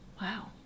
Wow